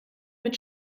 mit